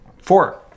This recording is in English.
four